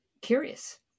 Curious